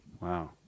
Wow